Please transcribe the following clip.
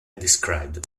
described